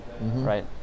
right